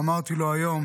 אמרתי לו היום